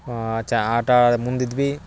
ಚ ಆಟ ಮುಂದು ಇದ್ವಿ